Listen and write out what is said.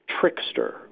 Trickster